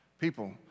People